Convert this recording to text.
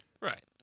Right